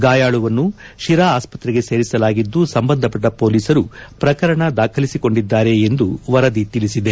ಗಾಯಾಳುವನ್ನು ಶಿರಾ ಆಸ್ವತ್ರೆಗೆ ಸೇರಿಸಲಾಗಿದ್ದು ಸಂಬಂಧಪಟ್ಟ ಮೊಲೀಸರು ಪ್ರಕರಣ ದಾಖಲಿಸಿಕೊಂಡಿದ್ದಾರೆ ಎಂದು ವರದಿ ತಿಳಿಸಿದೆ